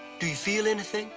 do you feel anything